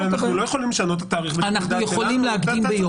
אנחנו לא יכולים לשנות את התאריך --- אנחנו יכולים להקדים ביום.